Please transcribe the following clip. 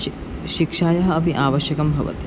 शि शिक्षायाः अपि आवश्यकं भवति